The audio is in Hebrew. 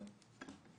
כן.